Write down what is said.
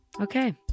Okay